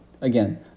again